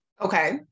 Okay